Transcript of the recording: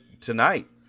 tonight